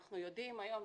אנחנו יודעים היום,